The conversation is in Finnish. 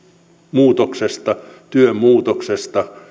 muutoksesta työn muutoksesta